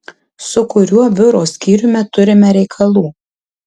su kuriuo biuro skyriumi turime reikalų